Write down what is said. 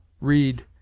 read